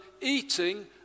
eating